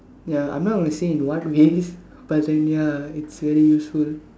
ya I'm not gonna say in what ways but then ya it's very useful